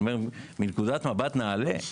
אני אומר שמנקודת מבט נעל"ה,